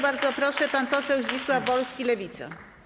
Bardzo proszę, pan poseł Zdzisław Wolski, Lewica.